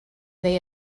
they